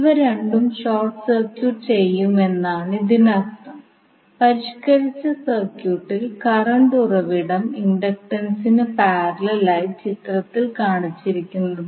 അതിനാൽ നമുക്ക് 1 super node സൃഷ്ടിക്കാൻ കഴിയും അത് and എന്ന വോൾട്ടേജ് ഉറവിടങ്ങളിലൂടെ ബന്ധിപ്പിച്ചിരിക്കുന്നു